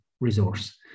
resource